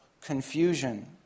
confusion